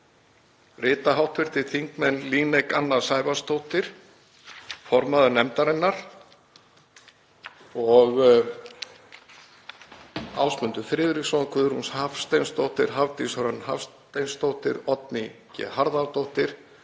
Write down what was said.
rita hv. þingmenn Líneik Anna Sævarsdóttir, formaður nefndarinnar, Ásmundur Friðriksson, Guðrún Hafsteinsdóttir, Hafdís Hrönn Hafsteinsdóttir, Oddný G. Harðardóttir